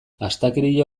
astakeria